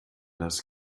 das